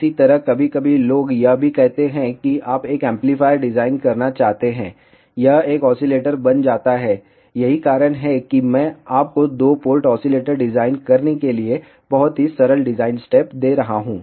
इसी तरह कभी कभी लोग यह भी कहते हैं कि आप एक एम्पलीफायर डिजाइन करना चाहते हैं यह एक ऑसिलेटर बन जाता है यही कारण है कि मैं आपको दो पोर्ट ऑसिलेटर डिजाइन करने के लिए बहुत ही सरल डिज़ाइन स्टेप दे रहा हूं